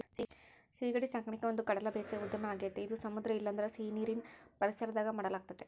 ಸೀಗಡಿ ಸಾಕಣಿಕೆ ಒಂದುಕಡಲ ಬೇಸಾಯ ಉದ್ಯಮ ಆಗೆತೆ ಅದು ಸಮುದ್ರ ಇಲ್ಲಂದ್ರ ಸೀನೀರಿನ್ ಪರಿಸರದಾಗ ಮಾಡಲಾಗ್ತತೆ